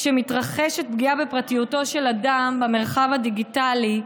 כשמתרחשת פגיעה בפרטיותו של אדם במרחב הדיגיטלי,